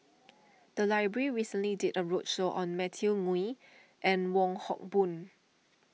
the library recently did a roadshow on Matthew Ngui and Wong Hock Boon